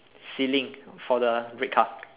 ceiling for the red car